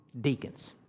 deacons